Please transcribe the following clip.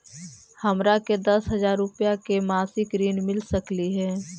हमरा के दस हजार रुपया के मासिक ऋण मिल सकली हे?